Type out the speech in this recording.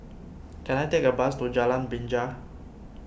can I take a bus to Jalan Binja